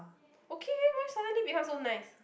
okay why suddenly become so nice